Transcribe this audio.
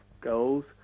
goals